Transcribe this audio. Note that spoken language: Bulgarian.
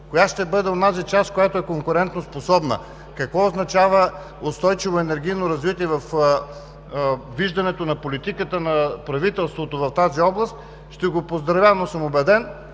коя ще бъде онази част, която е конкурентноспособна; какво означава устойчиво енергийно развитие във виждането на политиката на правителството в тази област ще го поздравя?! Убеден